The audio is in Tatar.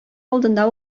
алдында